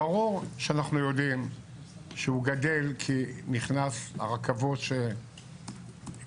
ברור שאנחנו יודעים שהוא גדל כי נכנס הרכבות שהקמתי,